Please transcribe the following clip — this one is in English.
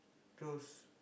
close